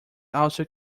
also